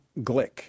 Glick